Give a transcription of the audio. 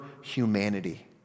humanity